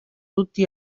tutti